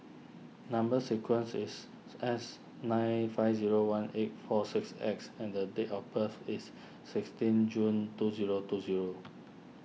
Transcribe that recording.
Number Sequence is S nine five zero one eight four six X and date of birth is sixteen June two zero two zero